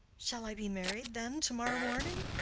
shall i be married then to-morrow morning?